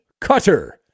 cutter